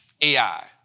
AI